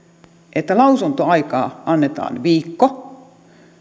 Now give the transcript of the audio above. että lausuntoaikaa annetaan viikko